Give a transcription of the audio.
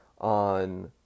on